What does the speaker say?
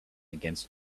against